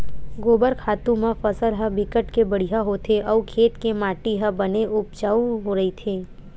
गोबर खातू म फसल ह बिकट के बड़िहा होथे अउ खेत के माटी ह बने उपजउ रहिथे